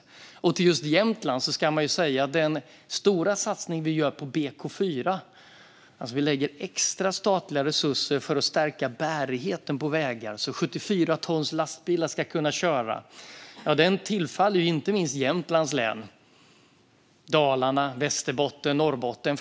När det gäller just Jämtland kan jag nämna den stora satsning vi gör på BK4. Vi lägger alltså extra statliga resurser på att stärka bärigheten på vägar, så att 74-tonslastbilar ska kunna köra där. Detta tillfaller inte minst Jämtlands län, Dalarna, Västerbotten och Norrbotten.